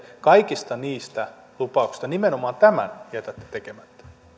kaikista niistä lupauksista nimenomaan tämän jätätte tekemättä